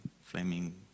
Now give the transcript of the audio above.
flaming